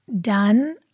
done